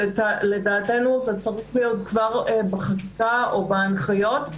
ולדעתנו זה צריך להיות כבר בחקיקה או בהנחיות,